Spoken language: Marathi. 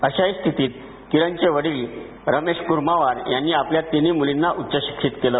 अशाही स्थितीत किरणचे वडील रमेश कुर्मावार यांनी आपल्या तिन्ही मुलींना उच्चशिक्षित केलं